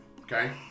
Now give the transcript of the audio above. Okay